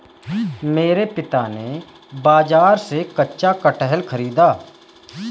मेरे पिता ने बाजार से कच्चा कटहल खरीदा